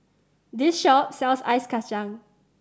this shop sells ice kacang